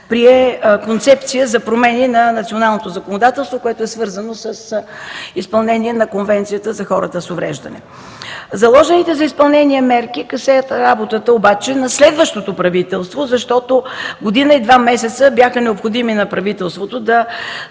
прие Концепция за промени на националното законодателство, което е свързано с изпълнение на Конвенцията за хората с увреждане. Заложените за изпълнение мерки касаят обаче работата на следващото правителство, защото година и два месеца бяха необходими на правителството да